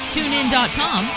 TuneIn.com